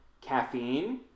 Caffeine